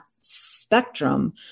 spectrum